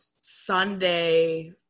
Sunday